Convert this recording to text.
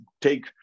take